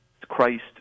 Christ